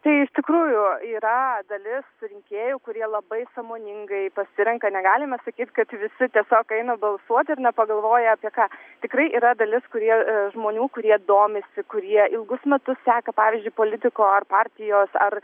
tai iš tikrųjų yra dalis rinkėjų kurie labai sąmoningai pasirenka negalime sakyti kad visi tiesiog eina balsuoti ir nepagalvoja apie ką tikrai yra dalis kurie žmonių kurie domisi kurie ilgus metus seka pavyzdžiui politiko ar partijos ar